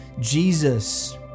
Jesus